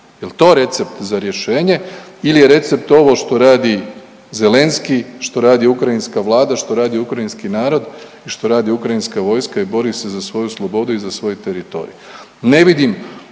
Jel to recept za rješenje ili je recept ovo što radi Zelenski, što radi ukrajinska vlada, što radi ukrajinski narod i što radi ukrajinska vojska i bori se za svoju slobodu i za svoj teritorij.